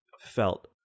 felt